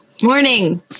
morning